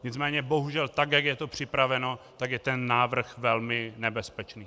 Nicméně bohužel tak, jak je to připraveno, tak je ten návrh velmi nebezpečný.